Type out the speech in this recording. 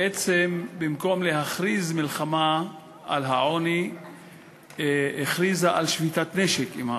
בעצם במקום להכריז מלחמה על העוני הכריזה על שביתת נשק עם העוני.